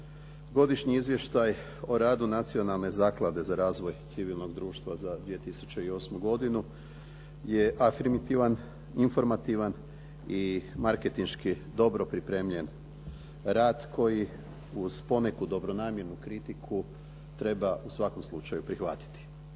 Godišnji izvještaj o radu Nacionalne zaklade za razvoj civilnog društva za 2008. godinu je afirmitivan, informativan i markentinški dobro pripremljen rad koji uz poneku dobronamjernu kritiku treba u svakom slučaju prihvatiti.